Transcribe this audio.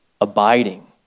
abiding